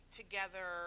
together